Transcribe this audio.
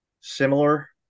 similar